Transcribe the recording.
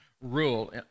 rule